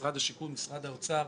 משרד השיכון ומשרד האוצר,